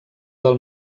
del